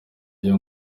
ibyo